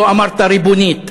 לא אמרת "ריבונית",